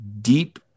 deep